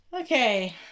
Okay